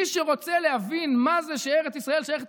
מי שרוצה להבין מה זה שארץ ישראל שייכת